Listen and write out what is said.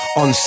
on